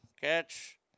catch